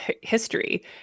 history